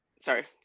sorry